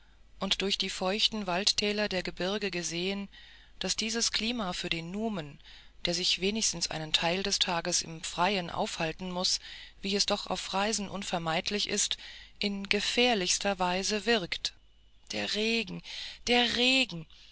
und durch die feuchten waldtäler der gebirge gesehen daß dieses klima für den numen der sich wenigstens einen teil des tages im freien aufhalten muß wie es doch auf reisen unvermeidlich ist in gefährlichster weise wirkt der regen der regen